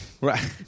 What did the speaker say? right